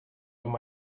uma